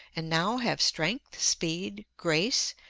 and now have strength, speed, grace,